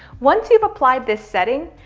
once you've applied this setting,